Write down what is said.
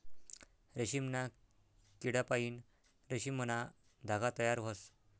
रेशीमना किडापाईन रेशीमना धागा तयार व्हस